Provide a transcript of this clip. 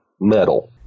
metal